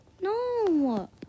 No